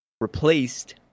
replaced